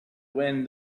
wind